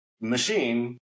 machine